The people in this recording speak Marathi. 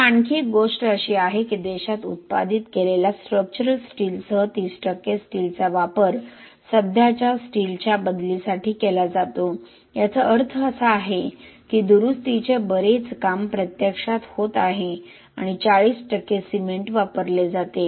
आता आणखी एक गोष्ट अशी आहे की देशात उत्पादित केलेल्या स्ट्रक्चरल स्टीलसह 30 टक्के स्टीलचा वापर सध्याच्या स्टीलच्या बदलीसाठी केला जातो याचा अर्थ असा आहे की दुरुस्तीचे बरेच काम प्रत्यक्षात होत आहे आणि 40 टक्के सिमेंट वापरले जाते